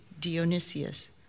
Dionysius